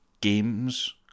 Games